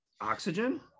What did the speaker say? oxygen